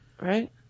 right